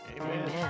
Amen